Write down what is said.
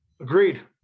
Agreed